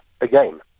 again